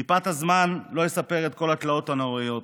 מפאת הזמן לא אספר את כל התלאות הנוראיות